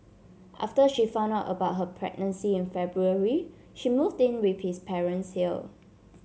after she found out about her pregnancy in February she moved in with his parents here